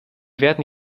werden